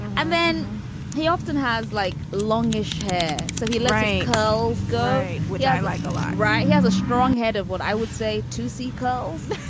and then he often has like longish hair so he like holes go which i like a lot. right. he has a strong head of what i would say to see curls